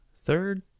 third